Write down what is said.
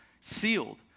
Sealed